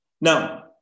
Now